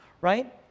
right